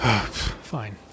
Fine